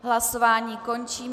Hlasování končím.